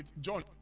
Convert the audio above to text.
John